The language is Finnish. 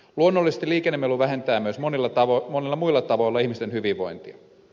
luonnollisesti liikennemelu vähentää myös monilla muilla tavoilla ihmisten hyvinvointia